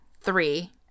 three